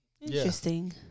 Interesting